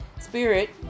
Spirit